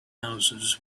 houses